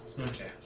Okay